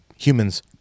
Humans